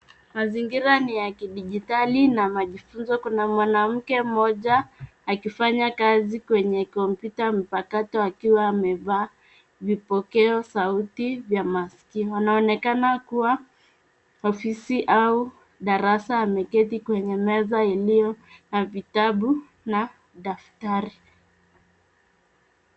Mazingira ni ya kidijitali na majifunzo. Kuna mwanamke moja akifanya kazi kwenye kompyuta mpakato akiwa amevaa vipokeo sauti vya maskio. Anaonekana kuwa ofisi au darasa, ameketi kwenye meza iliyo na vitabu na daftari.